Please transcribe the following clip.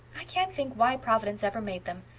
i can't think why providence ever made them.